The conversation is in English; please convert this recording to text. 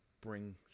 bring